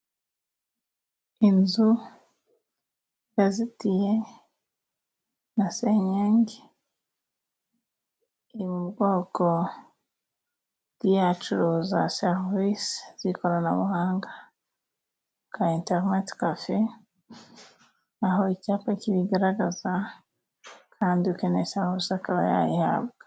Inzu yazitiye na senyenge, iri mu bwoko bw'iyacuruza serivisi zikoranabuhanga bwa inteirnete kafe, aho icyapa kibigaragaza, kandi ukeneye serivise wese akaba yayihabwa.